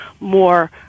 more